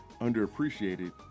underappreciated